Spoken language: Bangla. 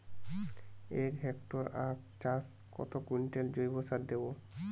এক হেক্টরে আখ চাষে কত কুইন্টাল জৈবসার দেবো?